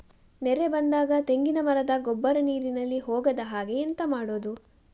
ನೆರೆ ಬಂದಾಗ ತೆಂಗಿನ ಮರದ ಗೊಬ್ಬರ ನೀರಿನಲ್ಲಿ ಹೋಗದ ಹಾಗೆ ಎಂತ ಮಾಡೋದು?